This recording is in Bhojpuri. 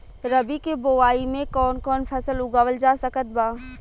रबी के बोआई मे कौन कौन फसल उगावल जा सकत बा?